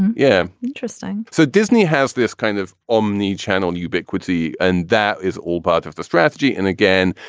yeah. interesting. so disney has this kind of omni channel ubiquity and that is all part of the strategy. and again,